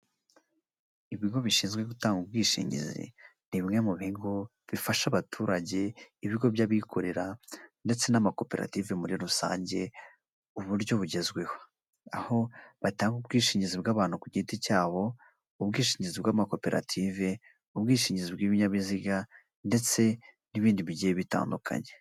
Ibigo bishinzwe gutanga ubwishingizi, ni bimwe mu bigo bifasha abaturage, ibigo by'abikorera ndetse n'amakoperative muri rusange, uburyo bugezweho. Aho batanga ubwishingizi bw'abantu ku giti cyabo, ubwishingizi bw'amakoperative, ubwishingizi bw'ibinyabiziga ndetse n'ibindi bigiye bitandukanye.